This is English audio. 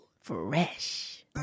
Fresh